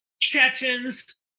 Chechens